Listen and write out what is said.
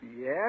Yes